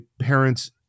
parents